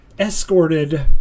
Escorted